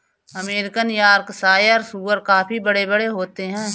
American Yorkshire सूअर काफी बड़े बड़े होते हैं